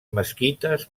mesquites